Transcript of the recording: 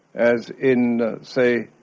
as in, say,